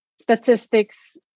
statistics